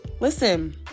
Listen